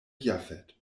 jafet